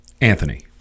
Anthony